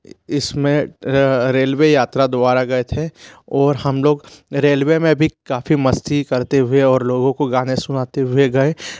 इसमें रेलवे यात्रा द्वारा गए थे और हम लोग रेलवे में भी काफ़ी मस्ती करते हुए ओर लोगों को गाने सुनाते हुए गए